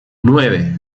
nueve